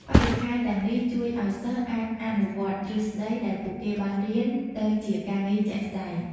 បរិក្ខារទាំងនេះជួយឱ្យសិស្សអាចអនុវត្តទ្រឹស្តីដែលពួកគេបានរៀនទៅជាការងារជាក់ស្តែង។